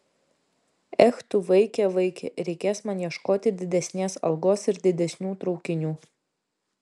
ech tu vaike vaike reikės man ieškoti didesnės algos ir didesnių traukinių